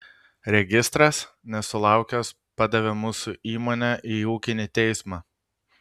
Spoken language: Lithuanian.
registras nesulaukęs padavė mūsų įmonę į ūkinį teismą